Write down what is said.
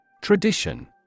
Tradition